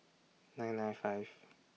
nine nine five